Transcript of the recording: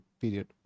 period